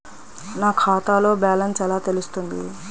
నా ఖాతాలో బ్యాలెన్స్ ఎలా తెలుస్తుంది?